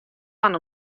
fan